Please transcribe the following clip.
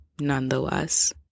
nonetheless